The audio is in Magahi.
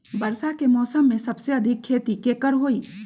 वर्षा के मौसम में सबसे अधिक खेती केकर होई?